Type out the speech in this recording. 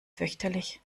fürchterlich